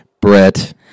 Brett